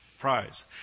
prize